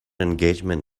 engagement